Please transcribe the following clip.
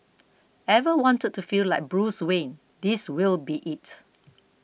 ever wanted to feel like Bruce Wayne this will be it